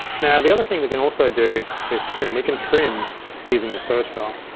now the other thing we can also do is trim. we can trim using the search dial.